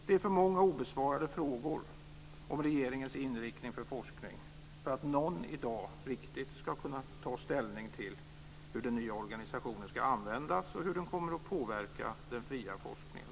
Det är för många obesvarade frågor om regeringens inriktning för forskning för att någon i dag riktigt ska kunna ta ställning till hur den nya organisationen ska användas och hur den kommer att påverka den fria forskningen.